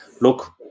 look